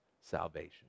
salvation